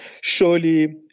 surely